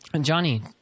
Johnny